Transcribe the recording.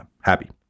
happy